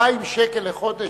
2,000 שקל לחודש?